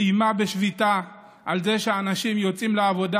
איימה בשביתה על זה שאנשים יוצאים לעבודה